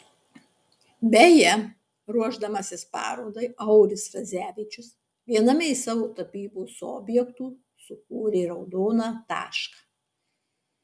beje ruošdamasis parodai auris radzevičius viename iš savo tapybos objektų sukūrė raudoną tašką